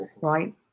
right